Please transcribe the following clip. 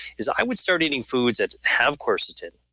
is i would start eating foods that have quercetin.